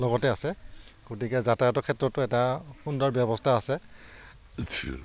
লগতে আছে গতিকে যাতায়তৰ ক্ষেত্ৰতো এটা সুন্দৰ ব্যৱস্থা আছে